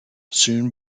soon